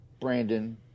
Brandon